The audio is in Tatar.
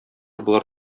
болар